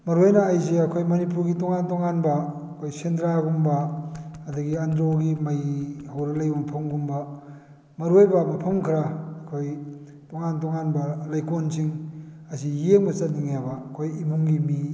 ꯃꯔꯨ ꯑꯣꯏꯅ ꯑꯩꯏꯁꯦ ꯑꯩꯈꯣꯏ ꯃꯅꯤꯄꯨꯔꯒꯤ ꯇꯣꯉꯥꯟ ꯇꯣꯉꯥꯟꯕ ꯑꯩꯈꯣꯏ ꯁꯦꯟꯗ꯭ꯔꯥꯒꯨꯝꯕ ꯑꯗꯨꯗꯒꯤ ꯑꯟꯗ꯭ꯔꯣꯒꯤ ꯃꯩ ꯍꯧꯔꯒꯂꯩꯕ ꯃꯐꯝꯒꯨꯝꯕ ꯃꯔꯨ ꯑꯣꯏꯕ ꯃꯐꯝ ꯈꯔ ꯑꯩꯈꯣꯏ ꯇꯣꯉꯥꯟ ꯇꯣꯉꯥꯟꯕ ꯂꯩꯀꯣꯜꯁꯤꯡ ꯑꯁꯤ ꯌꯦꯡꯕ ꯆꯠꯅꯤꯡꯉꯦꯕ ꯑꯩꯈꯣꯏ ꯏꯃꯨꯡꯒꯤ ꯃꯤ